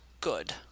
good